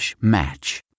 match